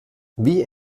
wie